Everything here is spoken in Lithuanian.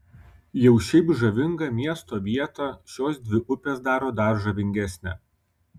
jau šiaip žavingą miesto vietą šios dvi upės daro dar žavingesnę